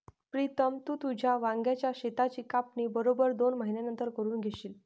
प्रीतम, तू तुझ्या वांग्याच शेताची कापणी बरोबर दोन महिन्यांनंतर करून घेशील